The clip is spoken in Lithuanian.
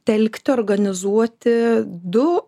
telkti organizuoti du